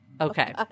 Okay